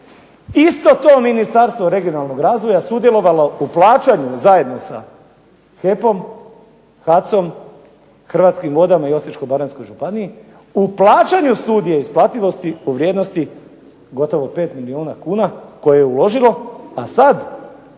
isto to Ministarstvo regionalnog razvoja sudjelovalo u plaćanju zajedno sa HEP-om, HAC-om, Hrvatskim vodama i Osječko-baranjskoj županiji u plaćanju studije isplativosti u vrijednosti gotovo 5 milijuna kuna koje je uložilo, a sad